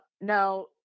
now